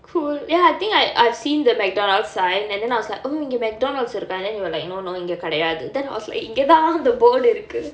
cool ya I think I I've seen the McDonald's sign and then I was like oh இங்கே:ingae McDonald's இருக்கா:irukkaa then you were like no no இங்கே கிடையாது:ingae kidaiyaathu then I was like இங்கே தான் அந்த:ingae thaan antha board இருக்கு:irukku